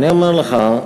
אני אומר לך,